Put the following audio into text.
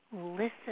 listen